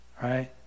Right